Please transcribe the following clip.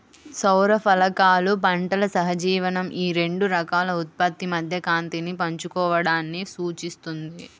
సౌర ఫలకాలు పంటల సహజీవనం ఈ రెండు రకాల ఉత్పత్తి మధ్య కాంతిని పంచుకోవడాన్ని సూచిస్తుంది